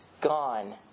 gone